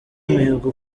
mihigo